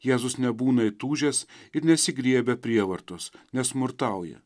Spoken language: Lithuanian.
jėzus nebūna įtūžęs ir nesigriebia prievartos nesmurtauja